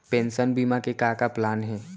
Pension बीमा के का का प्लान हे?